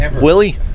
Willie